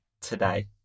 today